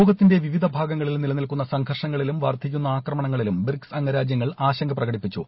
ലോകത്തിന്റെ വിവിധ ഭാഗങ്ങളിൽ നിലനിൽക്കുന്ന സംഘർഷങ്ങളിലും വർധിക്കുന്ന ആക്രമണങ്ങളിലും ബ്രിക്സ് അംഗരാജ്യങ്ങൾ ആശങ്ക പ്രകടിപ്പിച്ചു